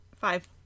five